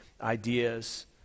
ideas